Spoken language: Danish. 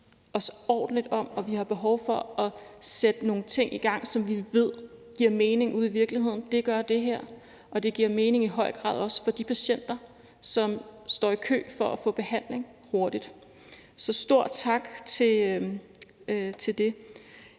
os ordentligt om, og vi har behov for at sætte nogle ting i gang, som vi ved giver mening ude i virkeligheden. Det gør det her. Og det giver i høj grad også mening for de patienter, som står i kø for at få behandling hurtigt. Så der skal lyde